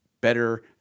better